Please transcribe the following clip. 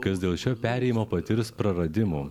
kas dėl šio perėjimo patirs praradimų